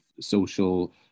social